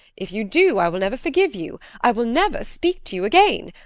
if you do i will never forgive you. i will never speak to you again.